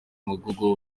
umugogo